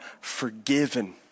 forgiven